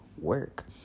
work